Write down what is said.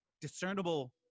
discernible